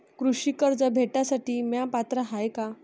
कृषी कर्ज भेटासाठी म्या पात्र हाय का?